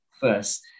first